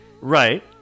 Right